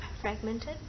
fragmented